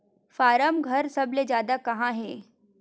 form घर सबले जादा कहां हे